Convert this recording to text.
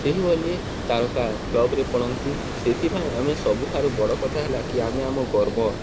ସେହିଭଳି ତାରକା ଫ୍ଲପରେ ପଡ଼ନ୍ତି ସେଥିପାଇଁ ଆମେ ସବୁଠାରୁ ବଡ଼ କଥା ହେଲା କି ଆମେ ଆମ ଗର୍ବ